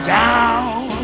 down